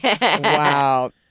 Wow